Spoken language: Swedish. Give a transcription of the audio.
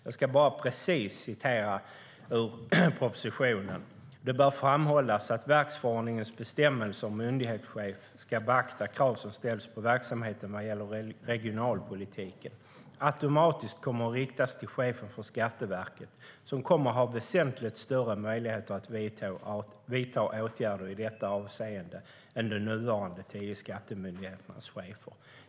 Jag läser ur propositionen: Det bör framhållas att verksförordningens bestämmelse om att myndighetschef ska beakta krav som ställs på verksamheten vad gäller regionalpolitiken automatiskt kommer att riktas till chefen för Skatteverket, som kommer att ha väsentligt större möjligheter att vidta åtgärder i detta avseende än de nuvarande tio skattemyndigheternas chefer.